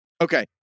Okay